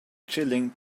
chilling